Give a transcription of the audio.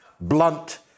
blunt